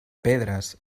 pedres